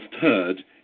heard